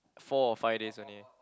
four or five days only